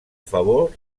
favor